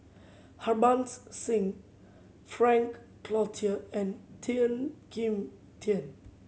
Harbans Singh Frank Cloutier and Tian Kim Tian